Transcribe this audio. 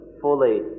fully